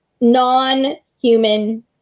non-human